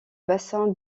bassin